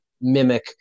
mimic